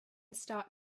start